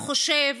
החושב,